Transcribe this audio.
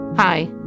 Hi